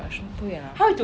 不会 ah